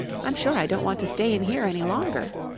i'm sure i don't want to stay in here any longer